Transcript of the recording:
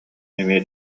эмиэ